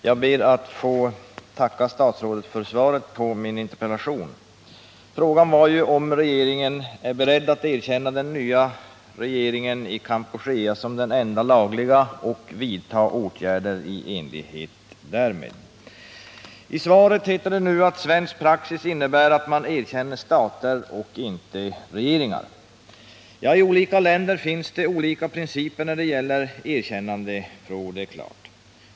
Herr talman! Jag ber att få tacka statsrådet för svaret på min interpellation. Frågan var om regeringen är beredd att erkänna den nya regeringen i Kampuchea som den enda lagliga och vidta åtgärder i enlighet därmed. I svaret sägs att svensk praxis innebär att man erkänner stater och inte regeringar. I olika länder finns det olika principer när det gäller erkännandefrågor, det är klart.